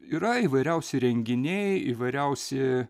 yra įvairiausi renginiai įvairiausi